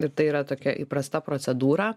ir tai yra tokia įprasta procedūra